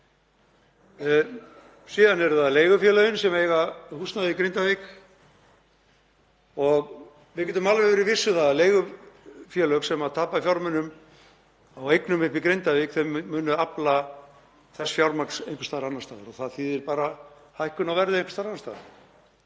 Síðan eru það leigufélögin sem eiga húsnæði í Grindavík og við getum alveg verið viss um að leigufélög sem tapa fjármunum á eignum upp í Grindavík munu afla þess fjármagns einhvers staðar annars staðar. Það þýðir bara hækkun á verði einhvers annars staðar.